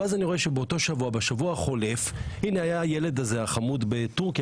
ואז אני רואה שבשבוע החולף היה הילד החמוד בטורקיה,